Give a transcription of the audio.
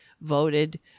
voted